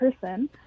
person